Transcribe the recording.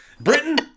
Britain